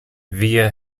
via